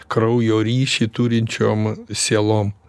kraujo ryšį turinčiom sielom